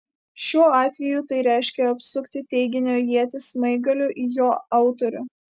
šiuo atveju tai reiškia apsukti teiginio ietį smaigaliu į jo autorių